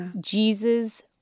Jesus